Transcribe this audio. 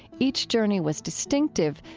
each journey was distinctive,